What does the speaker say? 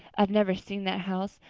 i've never seen that house,